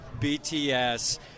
BTS